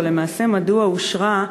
או למעשה מדוע אושרה,